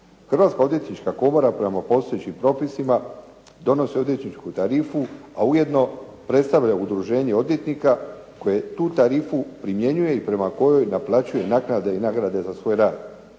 Hrvatska odvjetnička komora prema postojećim propisima donosi odvjetničku tarifu, a ujedno predstavlja udruženje odvjetnika koje tu tarifu primjenjuje i prema kojoj naplaćuje naknade i nagrade za svoj rad.